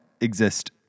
exist